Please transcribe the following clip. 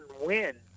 win